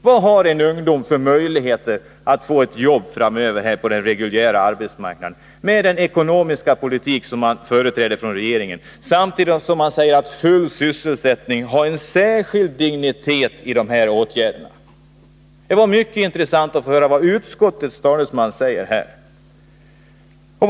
Vilka möjligheter finns det för en ungdom att framöver få ett jobb på den reguljära arbetsmarknaden med den ekonomiska politik som regeringen företräder samtidigt som man säger att full sysselsättning har en särskild dignitet i de nu föreslagna åtgärderna? Det vore mycket intressant att få veta vad utskottets talesman har att säga på den punkten.